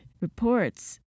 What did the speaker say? reports